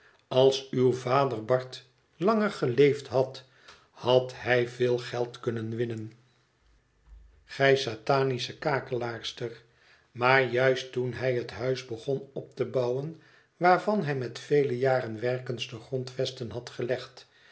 als uw vader bart langer geleefd had had hij veel geld kunnen winnen gij satan ug het verlaten huis sche kakelaarster maar juist toen hij het huis begon op te bouwen waarvan hij met vele jaren werkens de grondvesten had gelegd